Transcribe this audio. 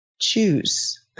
Choose